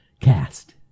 cast